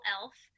elf